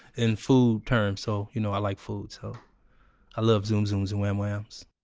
in food terms. so you know i like food so i love zoom zooms and wham whams